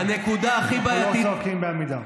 אנחנו לא צועקים בעמידה.